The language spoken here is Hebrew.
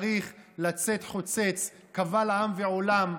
צריך לצאת חוצץ קבל עם ועולם,